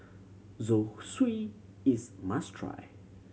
zosui is must try